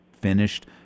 finished